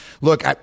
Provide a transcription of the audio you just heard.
look